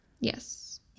Yes